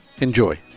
Enjoy